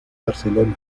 barcelona